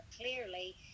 clearly